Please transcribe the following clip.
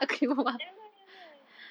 ya lah ya lah